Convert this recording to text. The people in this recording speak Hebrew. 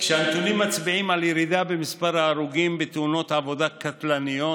הנתונים מצביעים על ירידה במספר ההרוגים בתאונות עבודה קטלניות,